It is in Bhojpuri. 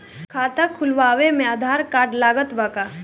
खाता खुलावे म आधार कार्ड लागत बा का?